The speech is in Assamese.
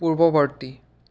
পূৰ্ৱৱৰ্তী